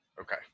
Okay